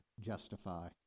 justify